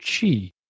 chi